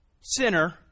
sinner